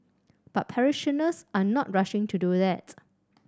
but parishioners are not rushing to do that